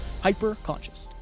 hyper-conscious